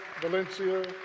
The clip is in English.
Valencia